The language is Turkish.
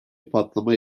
patlama